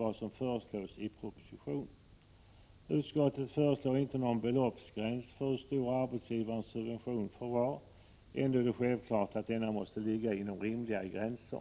Vidare skriver utskottet: ”Utskottet föreslår inte någon beloppsgräns för hur stor arbetsgivarens subvention får vara. Ändå är det självklart att denna måste ligga inom rimliga gränser.